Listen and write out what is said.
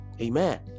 Amen